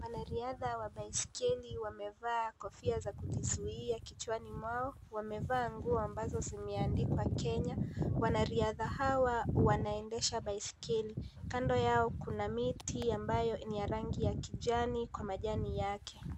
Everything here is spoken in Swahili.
Wanariadha wa baiskeli wamevaa kofia za kujizuia kichwani mwao, wamevaa nguo ambazo zemeandikwa Kenya, wanariadha hawa wanaendesha baiskeli, Kando yao kuna miti ambayo ni ya rangi ya kijani Kwa majani yake.